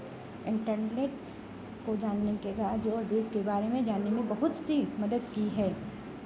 internet को जानने के राज्य और देश के बारे में जानने में बहुत सी मदद की है